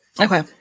okay